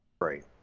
right